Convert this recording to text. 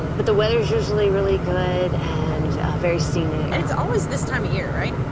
but the weather is usually really good and very scenic. it's always this time of year, right?